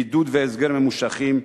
בידוד והסגר ממושכים,